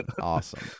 Awesome